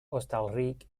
hostalric